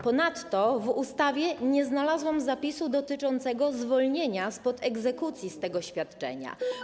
Ponadto w ustawie nie znalazłam zapisu dotyczącego zwolnienia spod egzekucji z tego świadczenia.